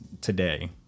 today